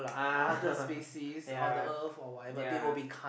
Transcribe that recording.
ah yeah yeah